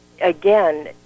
Again